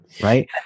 Right